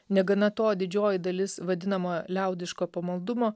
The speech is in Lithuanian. negana to didžioji dalis vadinama liaudiško pamaldumo